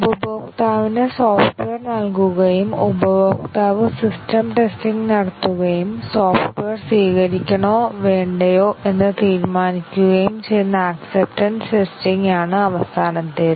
ഉപഭോക്താവിന് സോഫ്റ്റ്വെയർ നൽകുകയും ഉപഭോക്താവ് സിസ്റ്റം ടെസ്റ്റിംഗ് നടത്തുകയും സോഫ്റ്റ്വെയർ സ്വീകരിക്കണോ വേണ്ടയോ എന്ന് തീരുമാനിക്കുകയും ചെയ്യുന്ന ആക്സപ്പ്ടെൻസ് ടെസ്റ്റിങ് ആണ് അവസാനത്തേത്